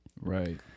Right